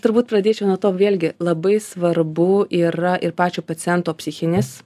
turbūt pradėčiau nuo to vėlgi labai svarbu yra ir pačio paciento psichinis